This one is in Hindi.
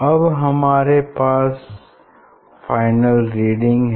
अब हमारे पास फाइनल रीडिंग है